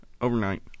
overnight